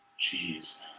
Jeez